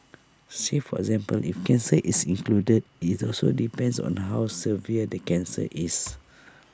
say for example if cancer is included IT also depends on the how severe the cancer is